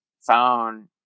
phone